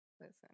Listen